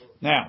Now